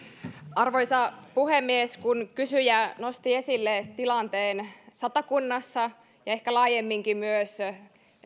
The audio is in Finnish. arvoisa puhemies kun kysyjä nosti esille tilanteen satakunnassa ja ehkä laajemminkin myös